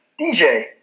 DJ